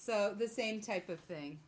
so the same type of thing